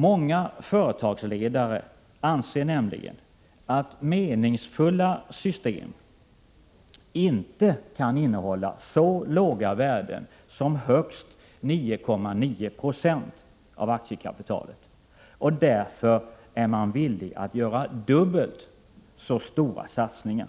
Många företagsledare anser nämligen att meningsfulla system inte kan innehålla så låga värden som högst 9,9 926 av aktiekapitalet. Därför är man villig att göra dubbelt så stora satsningar.